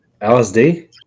LSD